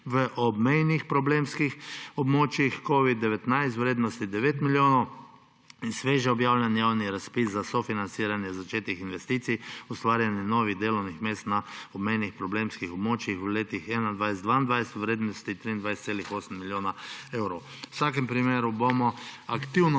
v obmejnih problemskih območjih – COVID-19 v vrednosti 9 milijonov in sveže objavljen Javni razpis za sofinanciranje začetih investicij in ustvarjanja novih delovnih mest na obmejnih problemskih območjih v letih 2021 in 2022 v vrednosti 23,8 milijona evrov. V vsakem primeru bomo aktivno